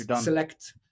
select